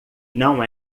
não